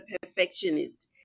perfectionist